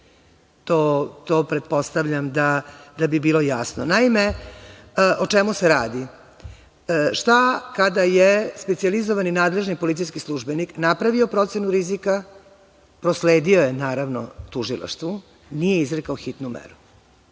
To pretpostavljam da bi bilo jasno. Naime, o čemu se radi? Šta kada je specijalizovani nadležni policijski službenik napravio procenu rizika, prosledio je naravno tužilaštvu, nije izrekao hitnu meru,